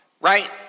right